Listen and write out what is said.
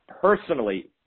personally